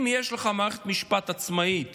אם יש לך מערכת משפט עצמאית